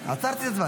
עצרתי את הזמן.